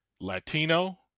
Latino